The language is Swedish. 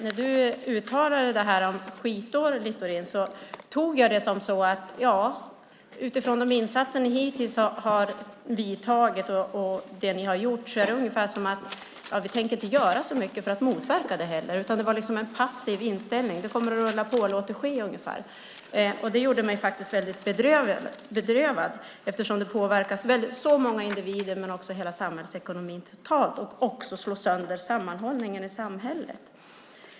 När du uttalade detta om skitår, Littorin, tolkade jag det utifrån de insatser som ni hittills har vidtagit och det ni gjort. Det är ungefär som att ni menade: Vi tänker inte göra så mycket för att motverka det. Det var passiv inställning. Det kommer att rulla på. Låt det ske. Det gjorde mig bedrövad. Det påverkar så många individer och hela samhällsekonomin totalt, och det slår också sönder sammanhållningen i samhället.